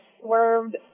swerved